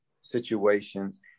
situations